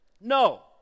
No